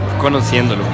conociéndolo